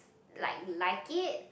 like like it